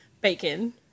bacon